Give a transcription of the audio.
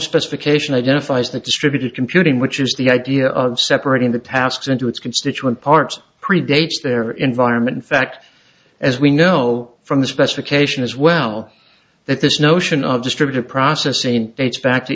specification identifies the distributed computing which is the idea of separating the past into its constituent parts predates their environment fact as we know from the specification as well that this notion of distributed processing dates back to